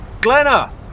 Glenna